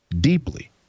deeply